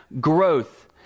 growth